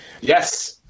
Yes